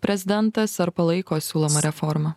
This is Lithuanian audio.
prezidentas ar palaiko siūlomą reformą